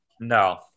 No